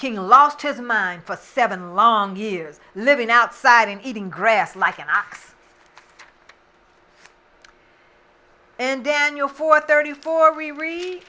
king lost his mind for seven long years living outside and eating grass like an ox and daniel for thirty four we read